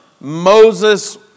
Moses